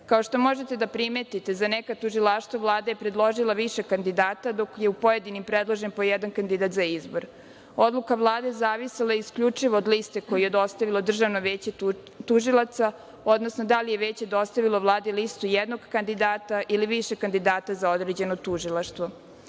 što možete da primetite, za neka tužilaštva Vlada je predložila više kandidata, dok je u pojedinim predložen po jedan kandidat za izbor. Odluka Vlade zavisila je isključivo od liste koju je dostavilo Državno veće tužilaca, odnosno da li je Veće dostavilo Vladi listu jednog kandidata ili više kandidata za određeno tužilaštvo. Kada